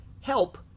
help